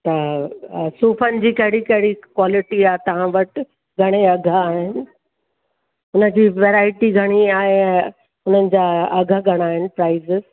त सूफ़नि जी कहिड़ी कहिड़ी क्वालिटी आहे तव्हां वटि घणे अघु आहिनि हुन जी वैराइटी घणी आहे ऐं इन्हनि जा अघु घणा आहिनि प्राइज़